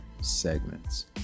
segments